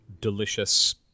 delicious